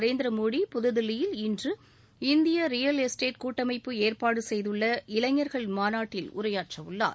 நரேந்திர மோடி புதுதில்லியில் இன்று இந்திய ரியல் எஸ்டேட் கூட்டமைப்பு ஏற்பாடு செய்துள்ள இளைஞர்கள் மாநாட்டில் உரையாற்றவுள்ளார்